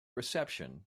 reception